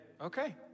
okay